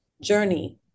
journey